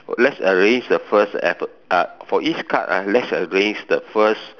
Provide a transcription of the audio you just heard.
let's arrange the first alpha~ uh for each card ah let's arrange the first